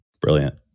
Brilliant